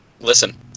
Listen